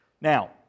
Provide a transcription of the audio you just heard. Now